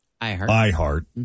iHeart